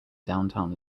downtown